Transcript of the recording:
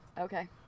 Okay